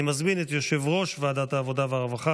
אני מזמין את יושב-ראש ועדת העבודה והרווחה